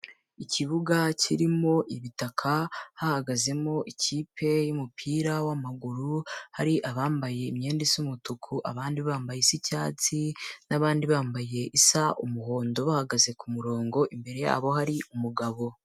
Ikibuga kirimo ibitaka, hahagazemo ikipe y'umupira w'amaguru, hari abambaye imyenda isa umutuku, abandi bambaye isa icyatsi n'abandi bambaye isa umuhondo, bahagaze ku murongo, imbere yabo hari umugabo.